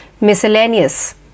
Miscellaneous